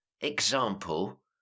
example